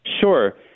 Sure